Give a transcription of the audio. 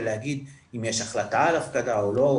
ולהגיד אם יש החלטה על הפקדה או לא,